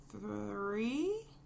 three